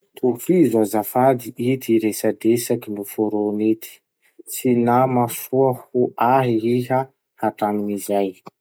Tohizo azafady ity resadresaky noforony ity: Tsy nama soa ho ahy iha hatraminizay.